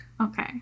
Okay